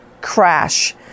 crash